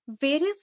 Various